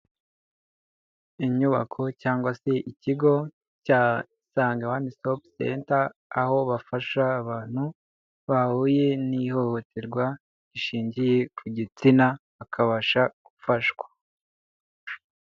Inyubako cyangwa se ikigo cya Isange one stop center, aho bafasha abantu bahuye n'ihohoterwa rishingiye ku gitsina bakabasha gufashwa.